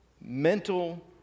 mental